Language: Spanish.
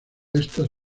estas